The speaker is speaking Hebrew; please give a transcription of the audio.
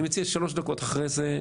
אני מציע ששלוש דקות אחרי זה,